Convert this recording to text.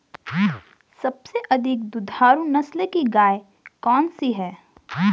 सबसे अधिक दुधारू नस्ल की गाय कौन सी है?